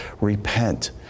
repent